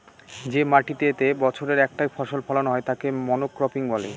যে মাটিতেতে বছরে একটাই ফসল ফোলানো হয় তাকে মনোক্রপিং বলে